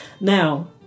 now